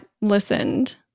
listened